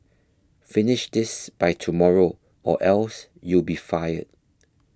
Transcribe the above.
finish this by tomorrow or else you'll be fired